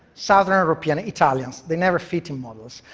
southern european, italians they never fit in models.